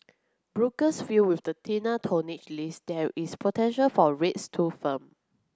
brokers feel with the thinner tonnage list there is potential for rates to firm